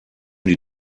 die